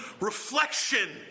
Reflection